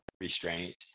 restraint